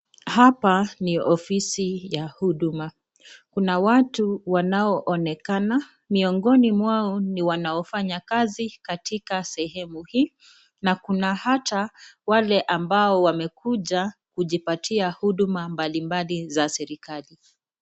Hapa ni ofisi ya huduma. Kuna watu wanaonekana ni miongoni mwao ni wanaofanya kazi katika sehemu hii na kuna hata wale ambao wakuja kujibatia huduma mbalimbali za serikali.